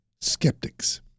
Skeptics